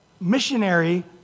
missionary